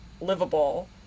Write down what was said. livable